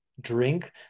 drink